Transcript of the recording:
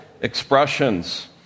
expressions